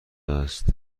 است